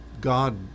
God